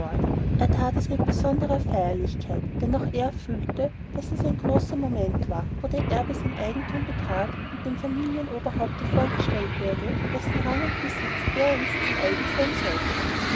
er that es mit besondrer feierlichkeit denn auch er fühlte daß es ein großer moment war wo der erbe sein eigentum betrat und dem familienhaupte vorgestellt wurde dessen rang und besitz dereinst sein eigen werden sollte